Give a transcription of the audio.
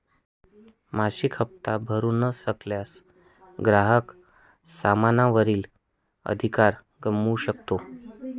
मासिक हप्ता भरू न शकल्यास, ग्राहक सामाना वरील अधिकार गमावू शकतो